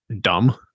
dumb